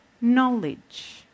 Knowledge